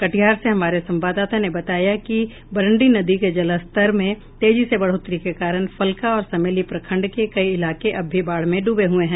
कटिहार से हमारे संवाददाता ने बताया कि बरंडी नदी के जलस्तर में तेजी से बढ़ोतरी के कारण फलका और समेली प्रखंड के कई इलाके अब भी बाढ़ में डूबे हुए हैं